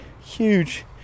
huge